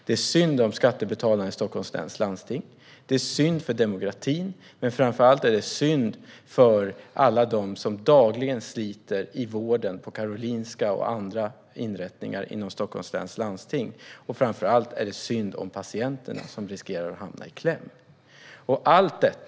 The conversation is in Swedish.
Det är synd om skattebetalarna i Stockholms läns landsting. Det är synd för demokratin. Men framför allt är det synd om alla som dagligen sliter i vården på Karolinska och andra inrättningar inom Stockholms läns landsting och om patienterna, som riskerar att hamna i kläm.